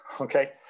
okay